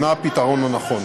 אינה הפתרון הנכון.